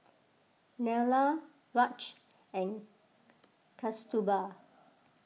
Neila Raj and Kasturba